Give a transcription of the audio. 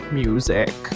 music